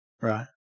Right